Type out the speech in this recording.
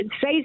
say